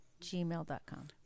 gmail.com